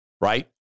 right